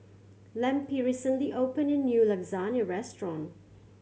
Lempi recently opened a new Lasagna Restaurant